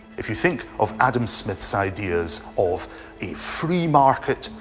if you think of adam smith's ideas of a free market,